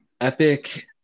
Epic